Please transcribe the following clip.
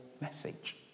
message